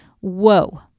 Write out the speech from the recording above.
Whoa